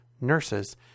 nurses